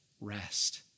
rest